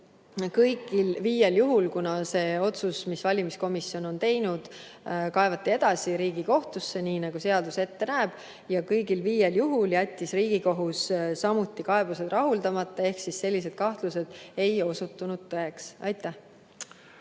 kõigil viiel juhul otsus, mille valimiskomisjon tegi, kaevati edasi Riigikohtusse, nii nagu seadus võimaldab. Ja kõigil viiel juhul jättis Riigikohus samuti kaebused rahuldamata ehk sellised kahtlused ei osutunud tõeks. Aitäh!